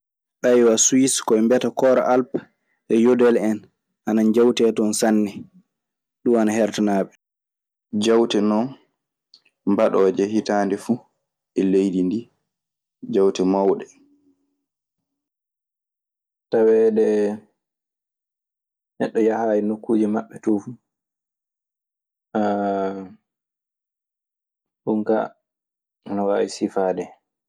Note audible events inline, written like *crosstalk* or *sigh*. *hesitation* suise ko ɓebiata kor alpe e yodel hen ana jewtee ton sanne. Jawte non mbaɗooje hitaande fuu e leydi ndii, jawte mawɗe. Taweedee neɗɗo yahaayi nokkuuje maɓɓe too fu, *hesitation* ɗun ka ana waawi sifaade hen.